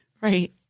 Right